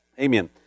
Amen